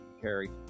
carry